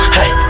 Hey